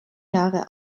jahre